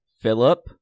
Philip